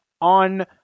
on